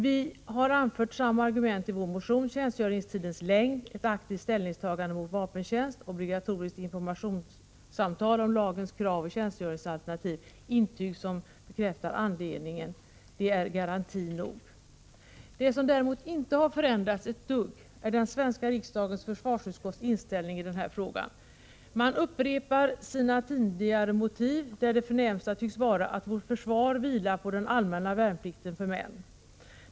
Vi har anfört samma argument i vår motion: tjänstgöringstidens längd, ett aktivt ställningstagande mot vapentjänst, obligatoriskt informationssamtal om lagens krav och tjänstgöringsalternativ, intyg som bekräftar anledningen är garanti nog. Det som däremot inte har förändrats ett dugg är den svenska riksdagens försvarsutskotts inställning i denna fråga. Man upprepar sina tidigare motiv, där det förnämsta tycks vara att vårt försvar vilar på den allmänna värnplikten för män.